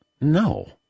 no